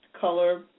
Color